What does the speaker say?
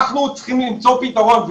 אנחנו צריכים למצוא פתרון.